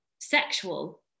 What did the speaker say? sexual